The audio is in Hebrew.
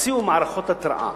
הוציאו מערכות התרעה.